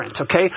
okay